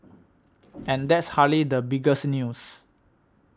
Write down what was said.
and that's hardly the biggest news